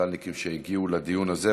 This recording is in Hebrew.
הצד"לניקים שהגיעו לדיון הזה.